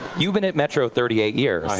you've been at metro thirty eight years. i